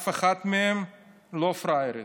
אף אחת מהן לא פראיירית,